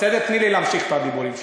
תני לי להמשיך את הדיבורים שלי.